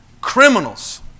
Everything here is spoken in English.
criminals